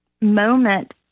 moment